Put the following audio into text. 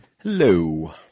Hello